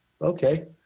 okay